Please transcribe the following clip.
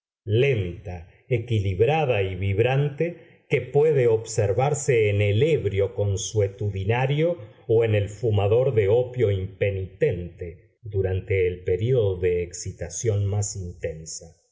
lenta equilibrada y vibrante que puede observarse en el ebrio consuetudinario o en el fumador de opio impenitente durante el período de excitación más intensa